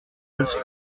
woodhall